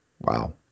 Wow